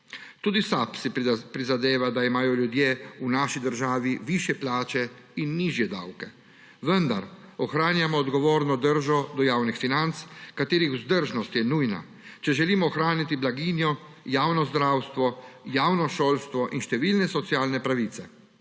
Tudi SAB si prizadeva, da imajo ljudje v naši državi višje plače in nižje davke, vendar ohranjamo odgovorno držo do javnih financ, katerih vzdržnost je nujna, če želimo ohraniti blaginjo, javno zdravstvo, javno šolstvo in številne socialne pravice.